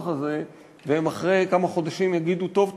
הזה ואחרי כמה חודשים הם יגידו: טוב,